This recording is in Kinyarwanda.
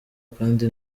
kandi